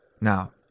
Now